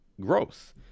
growth